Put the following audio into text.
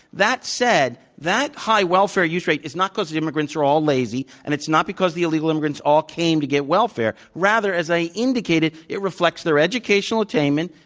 that said, that high welfare use rate is not because the immigrants are all lazy and it's not because the illegal immigrants all came to get welfare, rather as i indicated, it reflects their educational attainment,